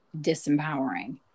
disempowering